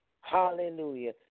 Hallelujah